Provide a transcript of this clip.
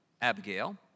Abigail